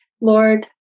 Lord